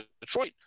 Detroit